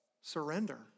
Surrender